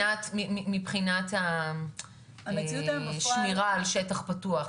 מבחינת השמירה על שטח פתוח.